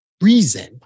reason